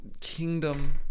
kingdom